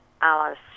Alice